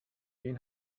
بین